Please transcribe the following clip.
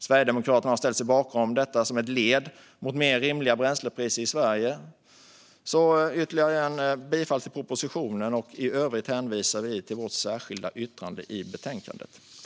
Sverigedemokraterna har ställt sig bakom detta som ett led mot mer rimliga bränslepriser i Sverige. Jag yrkar ytterligare en gång bifall till propositionen. I övrigt hänvisar vi till vårt särskilda yttrande i betänkandet.